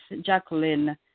Jacqueline